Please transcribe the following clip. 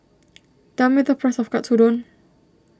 tell me the price of Katsudon